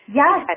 yes